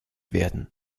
werden